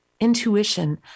Intuition